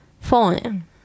Phone